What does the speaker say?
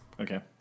Okay